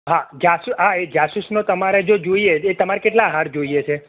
હા જા જાસૂસનો તમારે જો જોઈએ તમાર કેટલા હાર જોઈએ છે